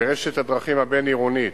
ברשת הדרכים הבין-עירונית,